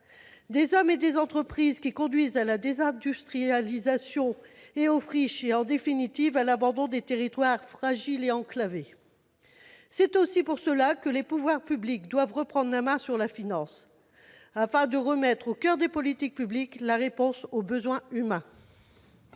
des hommes et des entreprises, qui conduisent à la désindustrialisation et aux friches et, en définitive, à l'abandon des territoires fragiles et enclavés. C'est aussi la raison pour laquelle les pouvoirs publics doivent reprendre la main sur la finance : il faut remettre au coeur des politiques publiques la réponse aux besoins humains.